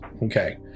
Okay